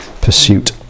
pursuit